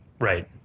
Right